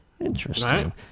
Interesting